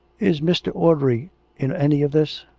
is mr. audrey in any of this?